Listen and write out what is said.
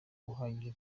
uhagije